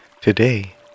Today